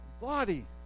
Body